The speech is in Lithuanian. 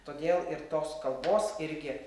todėl ir tos kalbos irgi